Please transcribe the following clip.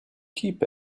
keep